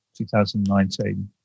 2019